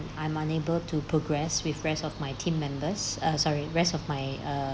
I'm unable to progress with rest of my team members uh sorry rest of my err